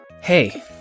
Hey